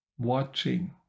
watching